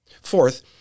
Fourth